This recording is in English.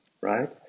right